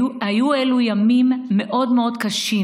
אלה היו ימים מאוד מאוד קשים,